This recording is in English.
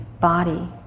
body